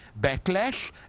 backlash